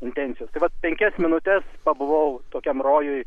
intencijos tai vat penkias minutes pabuvau tokiam rojuje